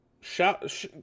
shout